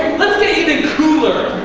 let's get even cooler.